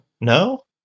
no